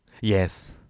Yes